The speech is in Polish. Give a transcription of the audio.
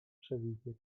przewidzieć